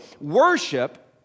worship